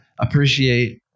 appreciate